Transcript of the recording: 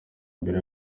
imbere